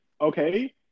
okay